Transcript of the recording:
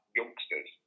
youngsters